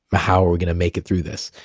how are we going to make it through this.